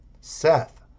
Seth